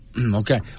Okay